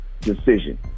Decision